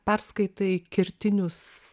perskaitai kertinius